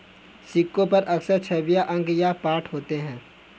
सिक्कों पर अक्सर छवियां अंक या पाठ होते हैं